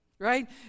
Right